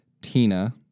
Tina